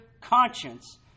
conscience